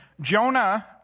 Jonah